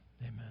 amen